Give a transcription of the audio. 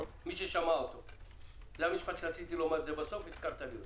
זה המשפט שרציתי לומר בסוף, והזכרת לי אותו.